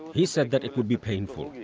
he said that it would be painful,